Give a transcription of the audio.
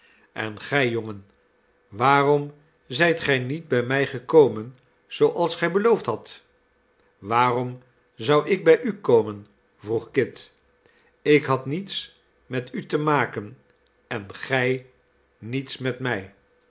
en gij jongen waarom zijt gij niet bij mij gekomen zooals gij beloofd hadt waarom zou ik bij u komen vroeg kit ik had niets met u te maken en gij niets met mij